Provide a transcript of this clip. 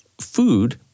food